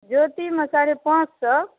ज्योतिमे साढ़े पाँच सए